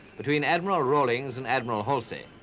between admiral rawlings and admiral halsey.